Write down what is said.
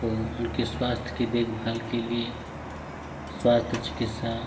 तो उनके स्वास्थ्य की देखभाल के लिए स्वास्थ्य चिकित्सा